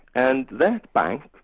and that bank,